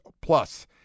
plus